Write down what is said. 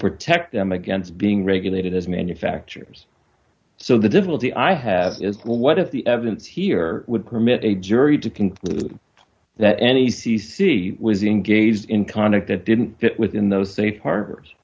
protect them against being regulated as manufacturers so the difficulty i have is well what if the evidence here would permit a jury to conclude that any c c was engaged in conduct that didn't fit within those